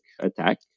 attack